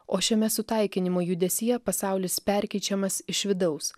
o šiame sutaikinimo judesyje pasaulis perkeičiamas iš vidaus